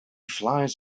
flies